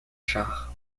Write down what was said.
chars